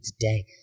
today